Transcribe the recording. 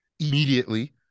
immediately